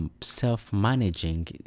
self-managing